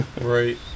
Right